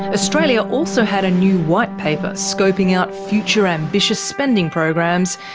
australia also had a new white paper scoping out future ambitious spending programs,